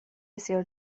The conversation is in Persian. بسیار